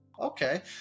okay